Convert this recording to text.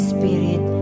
Spirit